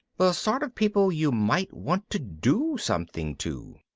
the sort of people you might want to do something to.